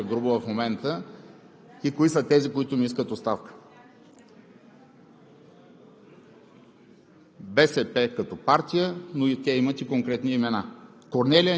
че ми припомнихте кои са ми душманите, така да се каже, грубо в момента, и кои са тези, които ми искат оставка